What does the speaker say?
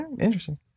Interesting